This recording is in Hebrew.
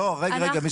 לא, רגע, רגע.